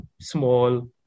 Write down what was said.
small